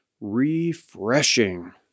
refreshing